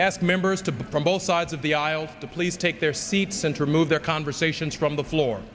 ask members to buy from both sides of the aisle to please take their seats and to move their conversations from the floor